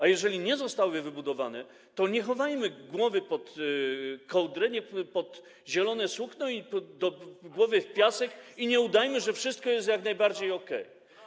A jeżeli nie zostały wybudowane, to nie chowajmy głowę pod kołdrę, pod zielone sukno, w piasek i nie udawajmy, że wszystko jest jak najbardziej okej.